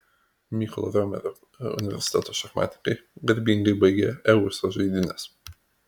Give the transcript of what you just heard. mykolo romerio universiteto šachmatininkai garbingai baigė eusa žaidynes